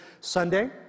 sunday